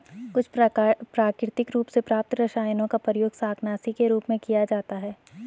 कुछ प्राकृतिक रूप से प्राप्त रसायनों का प्रयोग शाकनाशी के रूप में किया जाता है